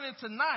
tonight